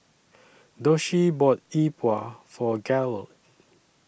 Doshie bought E Bua For Garold